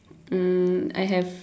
um I have